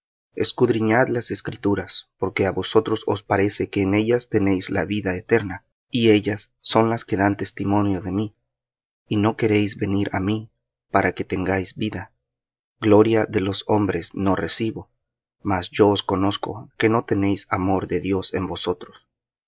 escudriñad las escrituras porque á vosotros os parece que en ellas tenéis la vida eterna y ellas son las que dan testimonio de mí y no queréis venir á mí para que tengáis vida gloria de los hombres no recibo mas yo os conozco que no tenéis amor de dios en vosotros